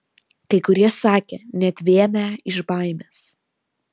kai kurie sakė net vėmę iš baimės